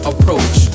Approach